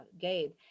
Gabe